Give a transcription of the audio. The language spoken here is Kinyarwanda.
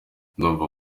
ndumva